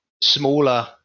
smaller